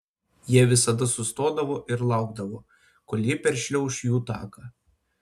jie visada sustodavo ir laukdavo kol ji peršliauš jų taką